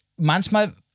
Manchmal